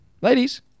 Ladies